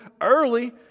early